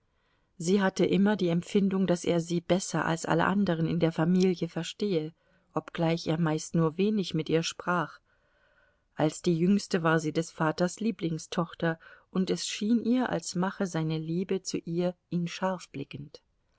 sie hätte immer die empfindung daß er sie besser als alle anderen in der familie verstehe obgleich er meist nur wenig mit ihr sprach als die jüngste war sie des vaters lieblingstochter und es schien ihr als mache seine liebe zu ihr ihn